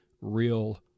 real